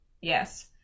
Yes